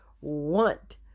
want